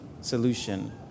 solution